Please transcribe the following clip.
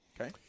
Okay